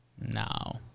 No